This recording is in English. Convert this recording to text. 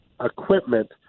equipment